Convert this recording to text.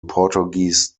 portuguese